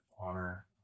honor